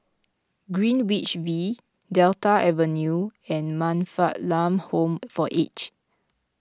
Greenwich V Delta Avenue and Man Fatt Lam Home for Aged